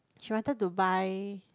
she wanted to buy